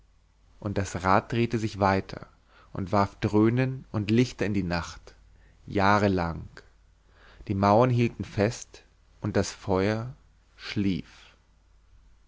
und das rad drehte sich weiter und warf dröhnen und lichter in die nacht jahrelang die mauern hielten fest und das feuer schlief